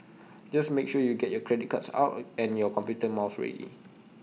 just make sure you get your credit cards out and your computer mouse ready